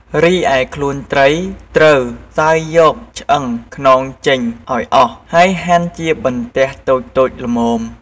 រីឯខ្លួនត្រីត្រូវសើយយកឆ្អឹងខ្នងចេញឲ្យអស់ និងហាន់ជាបន្ទះតូចៗល្មម។